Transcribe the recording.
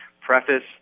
preface